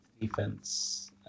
defense